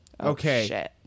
Okay